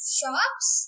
shops